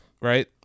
Right